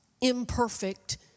imperfect